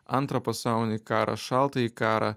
antrą pasaulinį karą šaltąjį karą